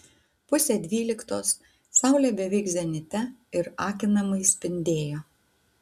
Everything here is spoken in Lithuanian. pusė dvyliktos saulė beveik zenite ir akinamai spindėjo